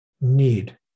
need